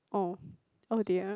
oh oh dear